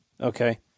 Okay